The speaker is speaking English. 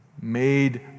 made